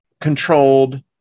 controlled